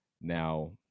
Now